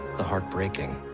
the heartbreaking.